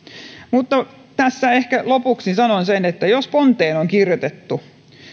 mutta tässä ehkä lopuksi sanon sen että jos ponteen on kirjoitettu